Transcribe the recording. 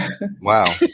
wow